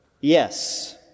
Yes